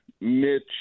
Mitch